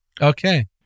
Okay